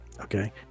Okay